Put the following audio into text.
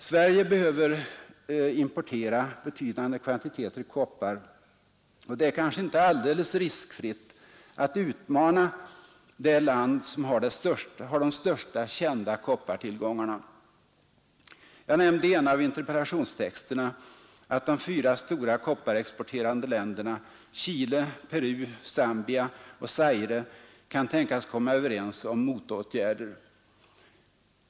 Sverige behöver importera betydande kvantiteter koppar, och det är kanske inte alldeles riskfritt att utmana det land som har de största kända koppartillgångarna. Jag nämnde i en av interpellationstexterna att de fyra stora kopparexporterande länderna, Chile, Peru, Zambia och Zaire, kan tänkas komma överens om motåtgärder.